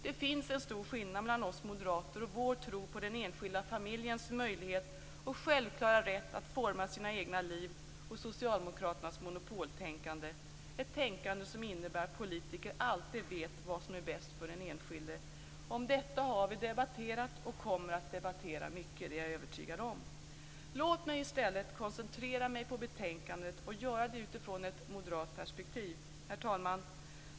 Det finns en stor skillnad mellan oss moderater och vår tro på den enskilda familjens möjlighet och självklara rätt att forma sina egna liv och socialdemokraternas monopoltänkande. Det är ett tänkande som innebär att politiker alltid vet vad som är bäst för den enskilde. Om detta har vi debatterat och kommer att debattera mycket. Det är jag övertygad om. Låt mig i stället koncentrera mig på betänkandet från ett moderat perspektiv. Herr talman!